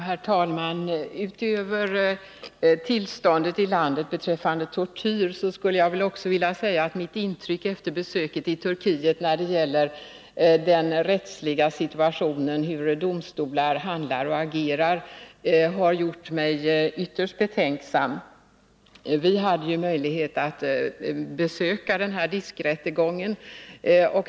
Herr talman! Utöver tillståndet i landet beträffande tortyr skulle jag också vilja säga att den rättsliga situationen, dvs. hur domstolar handlar och agerar, har gjort mig ytterst betänksam. Vi hade möjlighet att besöka den här DISK-rättegången.